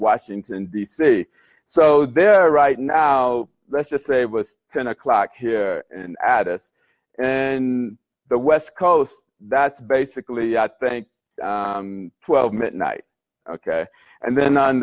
washington d c so they're right now let's just say was ten o'clock here and address and the west coast that's basically i think twelve midnight ok and then on